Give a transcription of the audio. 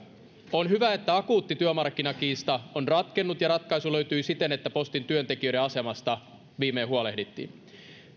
on hyvä että akuutti työmarkkinakiista on ratkennut ja ratkaisu löytyi siten että postin työntekijöiden asemasta huolehdittiin